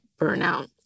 burnout